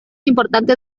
importante